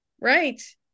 Right